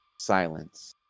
Silence